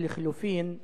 או לחלופין,